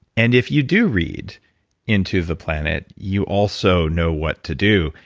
and if you do read into the planet, you also know what to do.